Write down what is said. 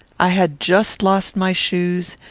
i had just lost my shoes,